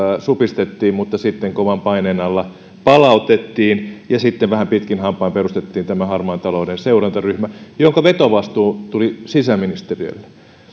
supistettiin mutta sitten kovan paineen alla palautettiin ja sitten vähän pitkin hampain perustettiin harmaan talouden seurantaryhmä jonka vetovastuu tuli sisäministeriölle